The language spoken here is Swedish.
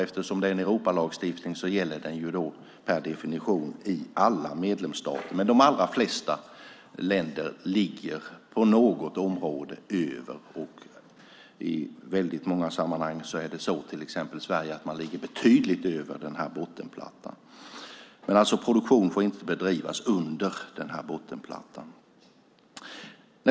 Eftersom det är en Europalagstiftning gäller den per definition i alla medlemsstater. De allra flesta ligger på något område över bottenplattan. I många sammanhang ligger man till exempel i Sverige betydligt över bottenplattan. Produktion får inte bedrivas på en nivå under bottenplattan.